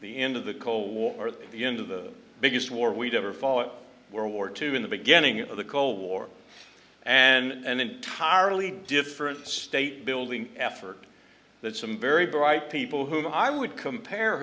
the end of the cold war the end of the biggest war we'd ever follow world war two in the beginning of the cold war and entirely different state building effort that some very bright people whom i would compare